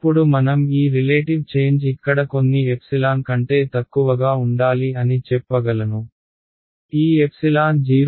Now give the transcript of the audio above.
ఇప్పుడు మనం ఈ రిలేటివ్ చేంజ్ ఇక్కడ కొన్ని ఎప్సిలాన్ కంటే తక్కువగా ఉండాలి అని చెప్పగలను ఈ ఎప్సిలాన్ 0